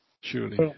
Surely